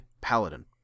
paladin